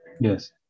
Yes